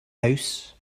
house